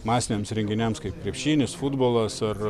masiniams renginiams kaip krepšinis futbolas ar